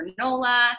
granola